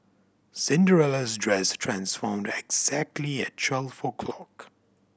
Cinderella's dress transformed exactly at twelve o' clock